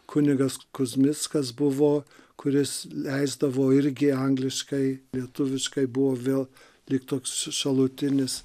kunigas kuzmickas buvo kuris leisdavo irgi angliškai lietuviškai buvo vėl lyg toks šalutinis